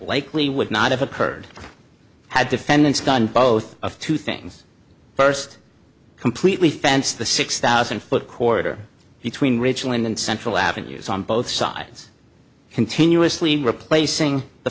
likely would not have occurred had defendants gun both of two things first completely fenced the six thousand foot corridor between rachel and central avenues on both sides continuously replacing the